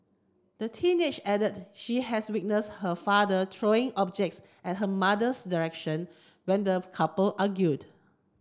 the teenager added she had witness her father throw objects at her mother's direction when the couple argued